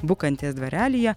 bukantės dvarelyje